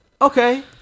Okay